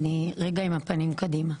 אני רגע עם הפנים קדימה.